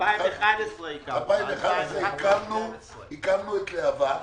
ב-2011 הקמנו את להב"ה.